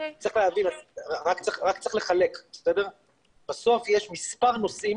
בסוף יש מספר נושאים